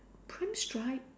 pram strap